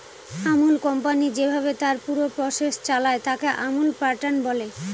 Amul company যেভাবে তার পুরো প্রসেস চালায়, তাকে আমুল প্যাটার্ন বলে